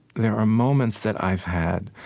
there are moments that i've had,